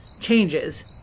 changes